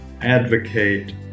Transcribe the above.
advocate